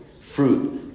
Fruit